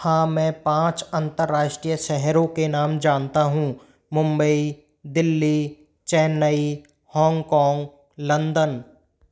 हाँ मैं पाँच अंतरराष्ट्रीय शहरों के नाम जानता हूँ मुंबई दिल्ली चेन्नई होंगकोंग लंदन